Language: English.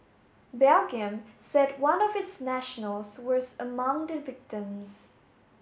Belgium said one of its nationals was among the victims